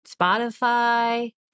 spotify